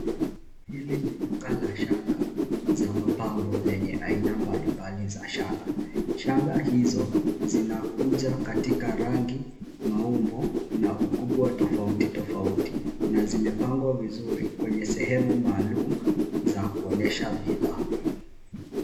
Hili ni duka la shanga na mapambo lenye aina mbalimbali za shanga. Shanga hizo zinakuja katika rangi, maumbo na ukubwa tofauti tofauti na zimepangwa vizuri kwenye sehemu maalum za kuonyesha bidhaa.